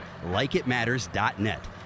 LikeItMatters.net